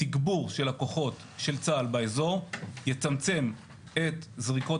תגבור של כוחות של צה"ל באזור יצמצם את זריקות